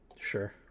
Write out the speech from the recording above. sure